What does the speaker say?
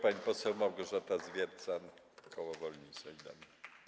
Pani poseł Małgorzata Zwiercan, koło Wolni i Solidarni.